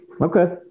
Okay